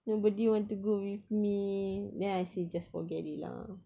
nobody want to go with me then I see just forget it lah